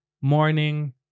morning